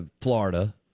Florida